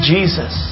Jesus